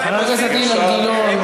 חבר הכנסת אילן גילאון,